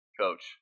coach